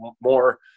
more